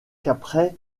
qu’après